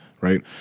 right